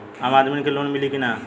आम आदमी के लोन मिली कि ना?